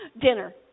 dinner